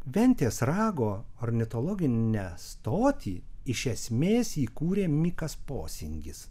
ventės rago ornitologinę stotį iš esmės įkūrė mikas posingis